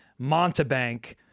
Montebank